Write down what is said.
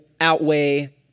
outweigh